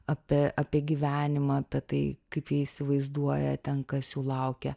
apie apie gyvenimą apie tai kaip jie įsivaizduoja ten kas jų laukia